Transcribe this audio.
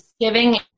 giving